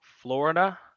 Florida